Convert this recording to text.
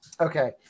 Okay